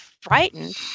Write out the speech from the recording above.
frightened